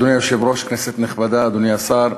אדוני היושב-ראש, כנסת נכבדה, אדוני השר,